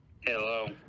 Hello